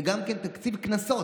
זה גם תקציב קנסות.